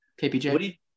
KPJ